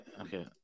okay